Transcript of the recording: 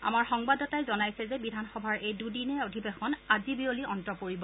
আমাৰ সংবাদদাতাই জনাইছে যে বিধানসভাৰ এই দুদিনীয়া অধিবেশন আজি বিয়লি অন্ত পৰিব